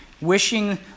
wishing